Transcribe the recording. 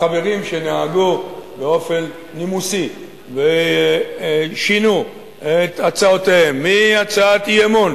החברים שנהגו באופן נימוסי ושינו את הצעותיהם מהצעת אי-אמון,